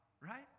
right